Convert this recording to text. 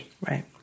Right